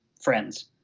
friends